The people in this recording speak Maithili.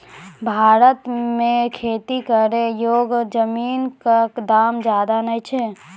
भारत मॅ खेती करै योग्य जमीन कॅ दाम ज्यादा नय छै